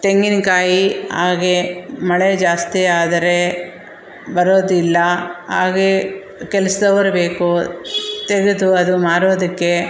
ತೆಂಗಿನಕಾಯಿ ಹಾಗೆ ಮಳೆ ಜಾಸ್ತಿ ಆದರೆ ಬರೋದಿಲ್ಲ ಹಾಗೆ ಕೆಲ್ಸದವ್ರು ಬೇಕು ತೆಗೆದು ಅದು ಮಾರೋದಕ್ಕೆ